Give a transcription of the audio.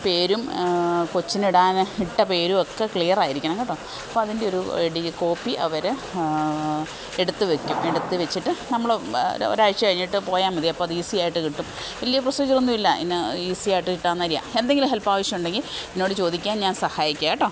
പേരും കൊച്ചിന് ഇടാൻ ഇട്ട പേരുമൊക്കെ ക്ലിയർ ആയിരിക്കണം കേട്ടോ അപ്പം അതിൻ്റെ ഒരു ഡി കോപ്പി അവർ എടൂത്ത് വയ്ക്കും എടുത്തു വച്ചിട്ട് നമ്മൾ ഒരാഴ്ച കഴിഞ്ഞിട്ട് പോയാൽ മതി അപ്പം അത് ഈസി ആയിട്ട് കിട്ടും വലിയ പ്രൊസീജ്യർ ഒന്നുമില്ല ഇന്ന ഈസി ആയിട്ട് കിട്ടാവുന്ന കാര്യം എന്തെങ്കിലും ഹെല്പ് ആവശ്യമുണ്ടെങ്കിൽ എന്നോട് ചോദിക്കാം ഞാൻ സഹായിക്കാം കേട്ടോ